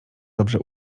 dobrze